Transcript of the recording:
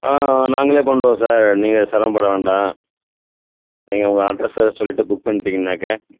ஆ நாங்களே பண்ணுறோம் சார் நீங்கள் சிரம பட வேண்டாம் நீங்கள் உங்கள் அட்ரஸை சொல்லிட்டு புக் பண்ணிட்டீங்கன்னாக்க